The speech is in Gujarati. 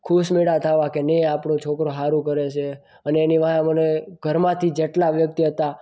ખુશ માંડ્યા થવા કે નહીં આપણો છોકરો સારું કરે છે અને એની વાંહે મને ઘરમાંથી જેટલા વ્યક્તિ હતા